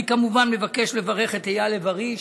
אני כמובן מבקש לברך את אייל לב ארי,